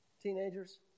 Teenagers